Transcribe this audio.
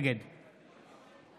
נגד